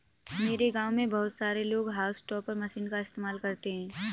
मेरे गांव में बहुत सारे लोग हाउस टॉपर मशीन का इस्तेमाल करते हैं